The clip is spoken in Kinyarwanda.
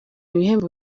ibihembo